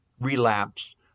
relapse